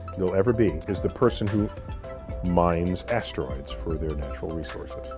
will ever be is the person who mines asteroids for their natural resources.